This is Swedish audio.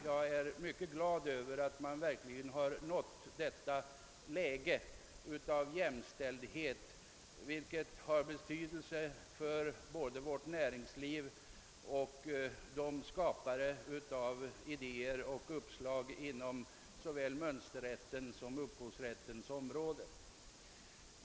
Jag är mycket glad över att vi har kommit därhän i likställdhet. Det har stor betydelse för både vårt näringsliv och de skapare av idéer och uppslag som arbetar på mönsterrättens och upphovsrättens område.